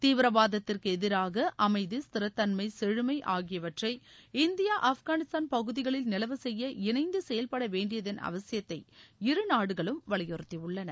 தீவிரவாதத்திற்கு எதிராக அமைதி ஸ்திரத்தன்மை செழுமை ஆகியவற்றை இந்தியா ஆப்கானிஸ்தான் பகுதிகளில் நிலவச் செய்ய இணைந்து செயல்படவேண்டியதன் அவசியத்தை இருநாடுகளும் வலியுறுதியுள்ளன